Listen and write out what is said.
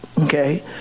Okay